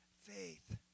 faith